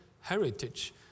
heritage